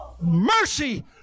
mercy